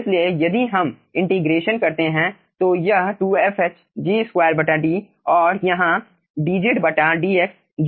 इसलिए यदि हम इंटीग्रेशन करते हैं तो यह 2fhG2D और यहां dzdx 0 से L तक होगी